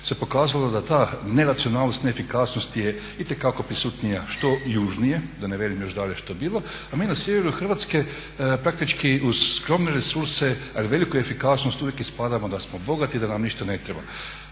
se pokazalo da ta neracionalnost i neefikasnost je itekako prisutnija što južnije, da ne velim još dalje što bilo, a mi na sjeveru Hrvatske praktički uz skromne resurse ali veliku efikasnost uvijek ispadamo da smo bogati i da nam ništa ne treba.